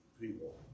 people